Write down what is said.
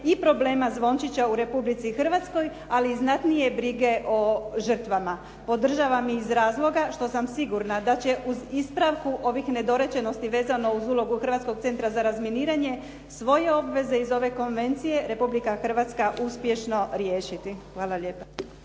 i problema zvončića u Republici Hrvatskoj ali i znatnije brige o žrtvama. Podržavam i iz razloga što sa sigurna da će uz ispravku ovih nedorečenosti vezano uz ulogu Hrvatskog centra za razminiranje, svoje obveze iz ove konvencije Republika Hrvatska uspješno riješiti. Hvala lijepa.